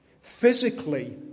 physically